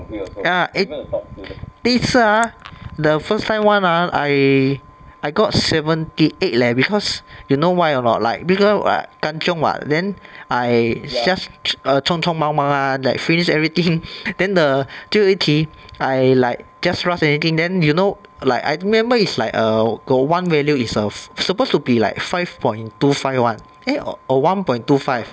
ya eh 第一次 ah the first time one ah I I got seventy eight leh because you know why or not like because ah I kanchiong [what] then I just 匆匆忙忙 ah like finish everything then the 最后一题 I like just rush everything then you know like I remember is like err got one value is err supposed to be like five point two five [one] eh or one point two five